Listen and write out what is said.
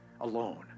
alone